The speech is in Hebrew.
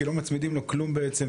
כי לא מצמידים לו כלום בעצם,